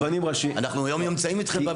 אנחנו יום-יום נמצאים אתכם בשיח הזה.